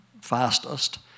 fastest